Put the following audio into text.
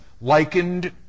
likened